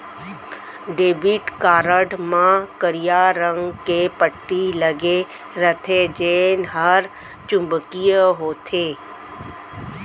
debit card म करिया रंग के पट्टी लगे रथे जेन हर चुंबकीय होथे